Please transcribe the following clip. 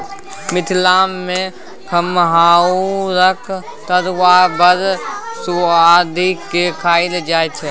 मिथिला मे खमहाउरक तरुआ बड़ सुआदि केँ खाएल जाइ छै